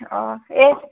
অঁ এই